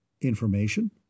Information